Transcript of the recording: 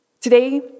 Today